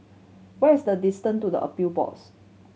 what is the distance to the Appeal Boards